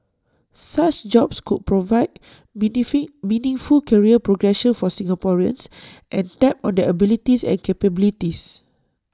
such jobs could provide benefit meaningful career progression for Singaporeans and tap on their abilities and capabilities